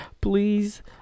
please